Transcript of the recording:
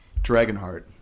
Dragonheart